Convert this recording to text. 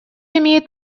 имеет